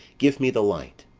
give me the light.